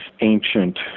ancient